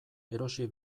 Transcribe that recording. erosi